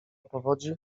powodzi